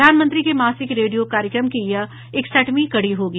प्रधानमंत्री के मासिक रेडियो कार्यक्रम की यह इकसठवीं कड़ी होगी